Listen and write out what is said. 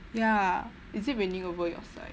ya is it raining over your side